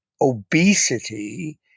obesity